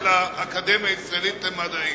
של האקדמיה הישראלית למדעים.